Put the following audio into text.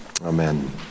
Amen